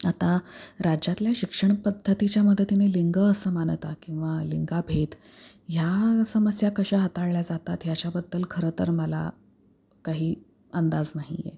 आता राज्यातल्या शिक्षण पद्धतीच्या मदतीने लिंग असं मानता किंवा लिंगभेद ह्या समस्या कशा हाताळल्या जातात ह्याच्याबद्दल खरं तर मला काही अंदाज नाही आहे